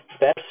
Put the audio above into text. best